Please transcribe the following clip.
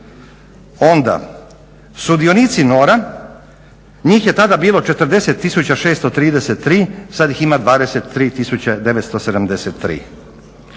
Onda sudionici NOR-a njih je tada bilo 40 633, sada ih ima 23 973,